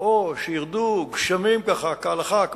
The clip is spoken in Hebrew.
או שירדו גשמים כהלכה,